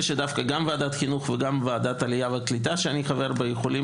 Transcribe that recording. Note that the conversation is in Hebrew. שגם ועדת החינוך וגם ועדת העלייה והקליטה שאני חבר בה יכולים